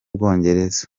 bwongereza